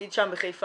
נגיד שם בחיפה.